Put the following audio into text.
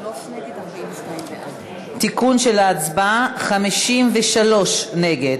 תיקון של ההצבעה: 53 נגד.